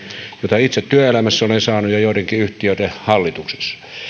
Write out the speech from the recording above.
jota itse työelämässä olen saanut ja joidenkin yhtiöiden